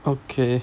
okay